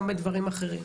גם בדברים אחרים.